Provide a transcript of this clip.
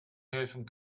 helfen